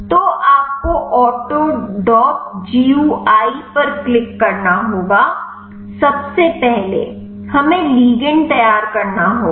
तो आपको AutoDock GUI पर क्लिक करना होगा सबसे पहले हमें लिगंड तैयार करना होगा